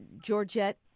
Georgette